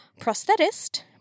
prosthetist